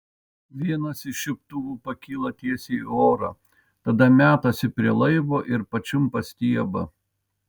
vienas iš čiuptuvų pakyla tiesiai į orą tada metasi prie laivo ir pačiumpa stiebą